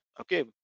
okay